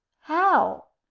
how?